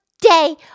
day